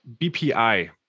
BPI